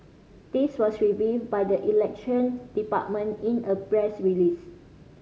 this was revealed by the Election Department in a press release